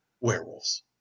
werewolves